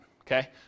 Okay